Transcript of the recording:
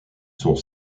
sont